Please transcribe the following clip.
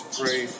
pray